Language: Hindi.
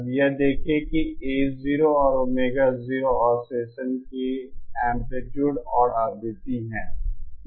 अब यह देखें कि A0 और ओमेगा0 ऑसिलेसन के एंप्लीट्यूड और आवृत्ति हैं